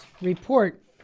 report